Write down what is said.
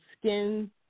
Skin